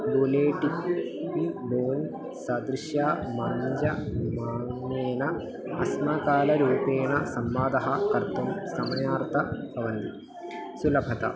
bulletin बोल् सदृश माञ्ज मानेन असमकालरूपेण संवादः कर्तुं समर्थाः भवन्ति सुलभता